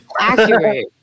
accurate